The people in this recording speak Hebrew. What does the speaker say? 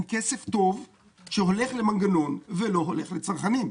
עם כסף טוב שהולך למנגנון ולא הולך לצרכנים.